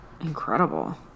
incredible